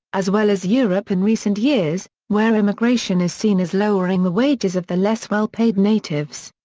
as well as europe in recent years, where immigration is seen as lowering the wages of the less well paid natives.